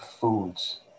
foods